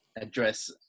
address